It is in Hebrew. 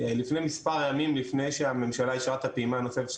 לפני מספר ימים לפני שהממשלה אישרה את הפעימה הנוספת של